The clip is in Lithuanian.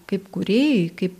kaip kūrėjui kaip